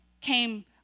came